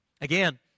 Again